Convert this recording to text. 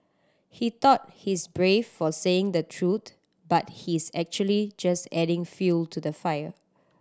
he thought he's brave for saying the truth but he's actually just adding fuel to the fire